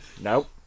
nope